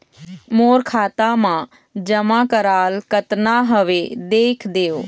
मोर खाता मा जमा कराल कतना हवे देख देव?